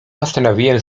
postanowiłem